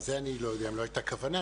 אני לא יודע אם לא הייתה כוונה.